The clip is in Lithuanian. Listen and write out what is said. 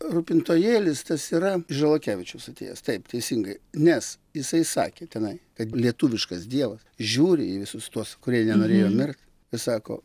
rūpintojėlis tas yra iš žalakevičiaus atėjęs taip teisingai nes jisai sakė tenai kad lietuviškas dievas žiūri į visus tuos kurie nenorėjo mirt sako